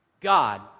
God